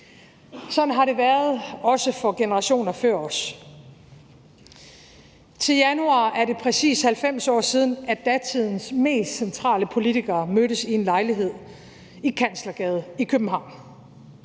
Sådan har det været også for generationer før os. Til januar er det præcis 90 år siden, at datidens mest centrale politikere mødtes i en lejlighed i Kanslergade i København.